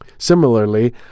Similarly